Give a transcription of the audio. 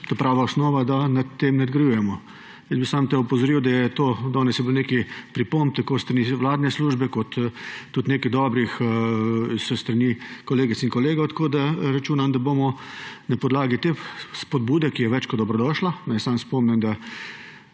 prava osnova, da na tem nadgrajujemo. Samo opozoril bi, da danes je bilo nekaj pripomb tako s strani vladne službe kot tudi nekaj dobrih s strani kolegic in kolegov. Tako računam, da bomo na podlagi te spodbude, ki je več kot dobrodošla, naj samo spomnim, da